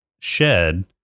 shed